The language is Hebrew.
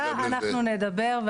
אנחנו מתחרים במדינות בעולם,